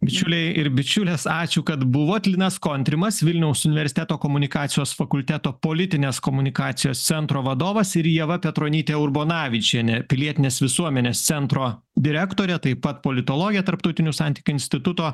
bičiuliai ir bičiulės ačiū kad buvot linas kontrimas vilniaus universiteto komunikacijos fakulteto politinės komunikacijos centro vadovas ir ieva petronytė urbonavičienė pilietinės visuomenės centro direktorė taip pat politologė tarptautinių santykių instituto